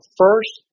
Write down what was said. first